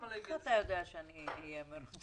איך אתה יודע שאני אהיה מרוצה?